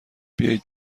بیایید